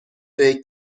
they